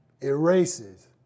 erases